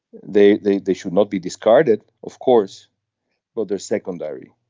they they they should not be discarded of course but they're secondary.